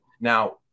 Now